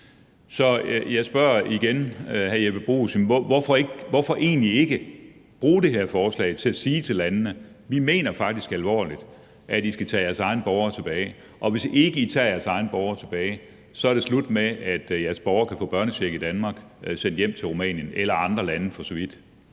Så jeg spørger igen, hr. Jeppe Bruus: Hvorfor egentlig ikke bruge det her forslag til at sige til landene, at vi faktisk mener det alvorligt, at de skal tage deres egne borgere tilbage, og at hvis de ikke tager deres egne borgere tilbage, så er det slut med, at deres borgere kan få børnecheck i Danmark, sendt hjem til Rumænien eller andre lande for den